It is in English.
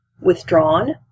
withdrawn